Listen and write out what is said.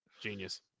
Genius